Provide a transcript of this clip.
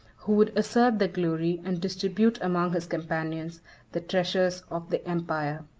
who would assert the glory, and distribute among his companions the treasures, of the empire.